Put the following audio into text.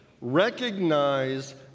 recognize